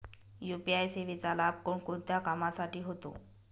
UPI सेवेचा लाभ कोणकोणत्या कामासाठी होतो?